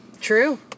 True